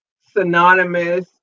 synonymous